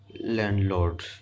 landlord